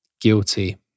guilty